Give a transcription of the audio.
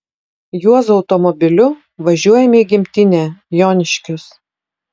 juozo automobiliu važiuojame į gimtinę joniškius